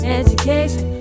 education